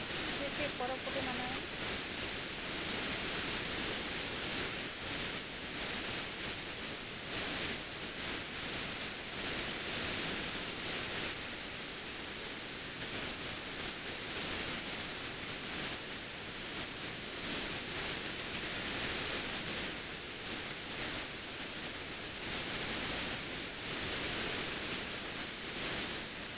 ᱪᱮᱫ ᱪᱮᱫ ᱯᱚᱨᱚᱵᱽ ᱠᱚᱯᱮ ᱢᱟᱱᱟᱣᱟ